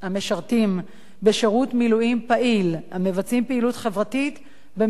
בשירות מילואים פעיל המבצעים פעילות חברתית במסגרת פר"ח.